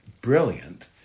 brilliant